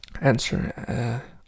answer